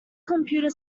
computer